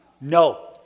No